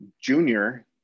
junior